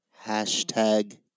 Hashtag